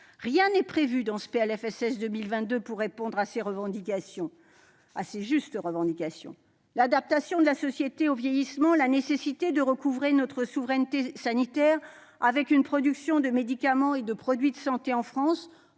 Rien n'est prévu dans ce PLFSS 2022 pour répondre à ces justes revendications. L'adaptation de la société au vieillissement, la nécessité de recouvrer notre souveraineté sanitaire avec une production de médicaments et de produits de santé en France,